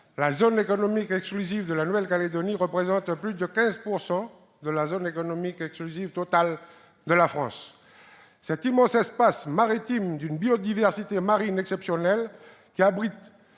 la zone économique exclusive, la ZEE, de la Nouvelle-Calédonie représente plus de 15 % de la zone économique exclusive totale de la France. Cet immense espace maritime, d'une biodiversité exceptionnelle, qui abrite